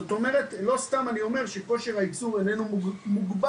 זאת אומרת שלא סתם אני אומר שכושר הייצור איננו מוגבל.